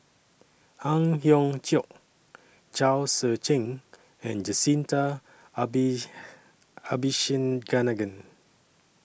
Ang Hiong Chiok Chao Tzee Cheng and Jacintha Abi Abisheganaden